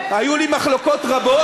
היו לי מחלוקות רבות,